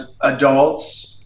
adults